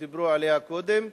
שדיברו עליה קודם.